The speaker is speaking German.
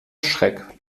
schreck